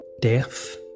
death